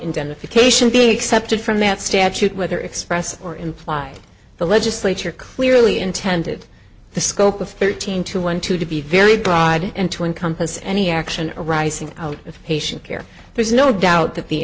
indemnification be excepted from that statute whether express or implied the legislature clearly intended the scope of thirteen to one to be very broad and to encompass any action arising out of patient care there's no doubt that the